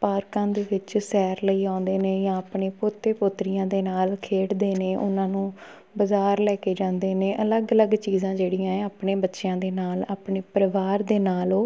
ਪਾਰਕਾਂ ਦੇ ਵਿੱਚ ਸੈਰ ਲਈ ਆਉਂਦੇ ਨੇ ਜਾਂ ਆਪਣੇ ਪੋਤੇ ਪੋਤਰੀਆਂ ਦੇ ਨਾਲ ਖੇਡਦੇ ਨੇ ਉਹਨਾਂ ਨੂੰ ਬਾਜ਼ਾਰ ਲੈ ਕੇ ਜਾਂਦੇ ਨੇ ਅਲੱਗ ਅਲੱਗ ਚੀਜ਼ਾਂ ਜਿਹੜੀਆਂ ਆ ਆਪਣੇ ਬੱਚਿਆਂ ਦੇ ਨਾਲ ਆਪਣੇ ਪਰਿਵਾਰ ਦੇ ਨਾਲ ਉਹ